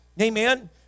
Amen